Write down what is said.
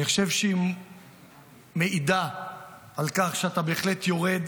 אני חושב שהיא מעידה על כך שאתה בהחלט יורד